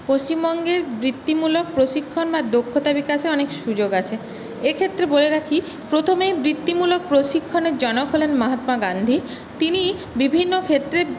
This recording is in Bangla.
পশ্চিমবঙ্গে বৃত্তিমূলক প্রশিক্ষণ বা দক্ষতা বিকাশে অনেক সুযোগ আছে এক্ষেত্রে বলে রাখি প্রথমেই বৃ্ত্তিমূলক প্রশিক্ষণের জনক হলেন মহাত্মা গান্ধী তিনি বিভিন্ন ক্ষেত্রে